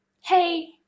hey